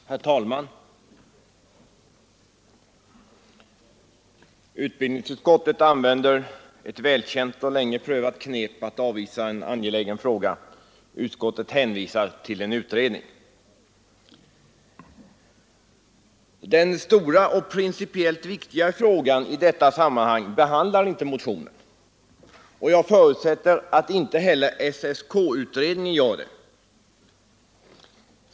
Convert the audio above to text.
Herr talman! Utbildningsutskottet tillämpar här ett välkänt och länge prövat knep för att avvisa en angelägen fråga. Utskottet hänvisar till en utredning. Motionen 769 behandlar inte stora och principiellt viktiga frågor i detta sammanhang, och jag förutsätter att inte heller SSK-utredningen gör det.